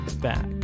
back